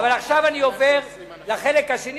אבל עכשיו אני עובר לחלק השני,